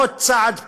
עוד צעד פה,